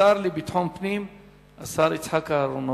השר לביטחון פנים יצחק אהרונוביץ.